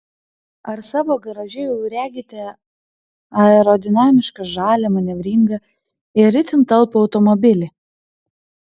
ar savo garaže jau regite aerodinamišką žalią manevringą ir itin talpų automobilį